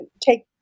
take